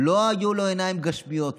לא היו לו עיניים גשמיות.